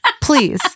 Please